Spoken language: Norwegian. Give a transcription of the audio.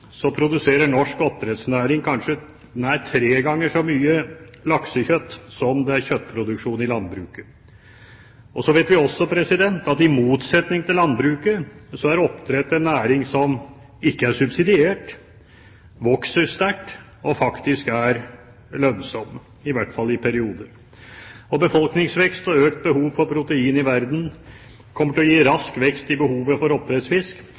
produserer norsk oppdrettsnæring kanskje nær tre ganger så mye laksekjøtt som det er kjøttproduksjon i landbruket. Vi vet også at oppdrett, i motsetning til landbruket, er en næring som ikke er subsidiert, som vokser sterkt og faktisk er lønnsom, i hvert fall i perioder. Befolkningsvekst og økt behov for protein i verden kommer til å gi rask vekst i behovet for oppdrettsfisk,